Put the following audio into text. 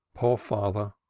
poor father!